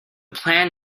plan